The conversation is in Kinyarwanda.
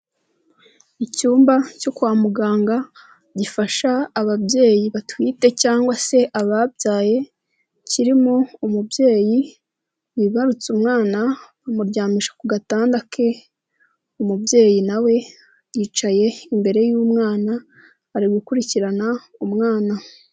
Icyumba cyo kwa muganga gifasha ababyeyi batwite cyangwa se ababyaye, kirimo umubyeyi wibarutse umwana bamuryamisha ku gatanda ke, umubyeyi nawe we yicaye imbere y'umwana ari gukurikirana umwana.